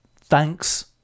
Thanks